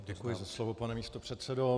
Děkuji za slovo, pane místopředsedo.